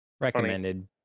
recommended